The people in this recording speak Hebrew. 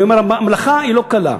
המלאכה היא לא קלה,